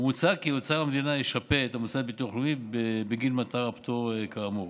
ומוצע כי אוצר המדינה ישפה את המוסד לביטוח לאומי בגין מתן הפטור כאמור.